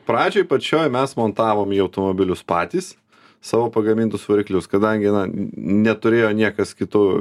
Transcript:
pradžioj pačioj mes montavom į automobilius patys savo pagamintus variklius kadangi na neturėjo niekas kitų